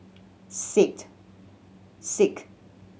six six